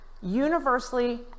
universally